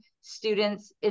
students